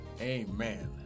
Amen